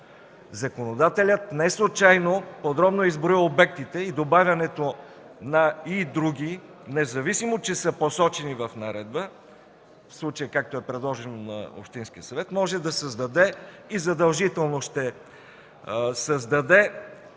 Законодателят неслучайно подробно е изброил обектите и добавянето на „и други”, независимо че са посочени в наредба, в случая както е предложено, на общинския съвет, може да създаде и задължително ще създаде